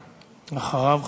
ואחריו,